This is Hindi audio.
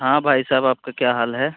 हाँ भाई साहब आपका क्या हाल है